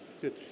good